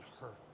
hurt